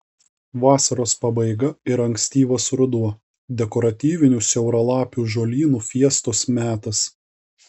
vasaros pabaiga ir ankstyvas ruduo dekoratyvinių siauralapių žolynų fiestos metas